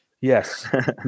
yes